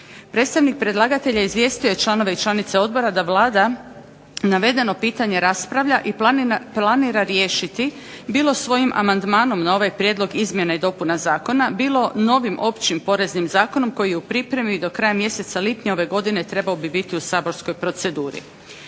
Predstavnik predlagatelja izvijestio je članove i članice odbora da Vlada navedeno pitanje raspravlja i planira riješiti bilo svojim amandmanom na ovaj prijedlog izmjena i dopuna zakona, bilo novim općim poreznim zakonom koji je u pripremi i do kraja mjeseca lipnja ove godine trebao bi biti u saborskoj proceduri.